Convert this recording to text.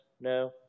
no